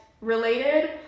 related